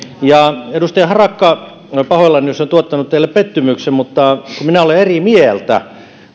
edustaja harakka olen pahoillani jos olen tuottanut teille pettymyksen mutta minä olen eri mieltä